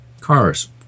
cars